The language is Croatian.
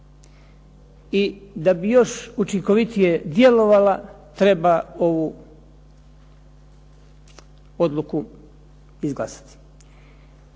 i da bi još učinkovitije djelovala treba ovu odluku izglasati.